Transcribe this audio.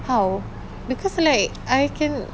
how because like I can